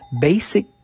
basic